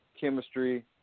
chemistry